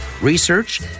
Research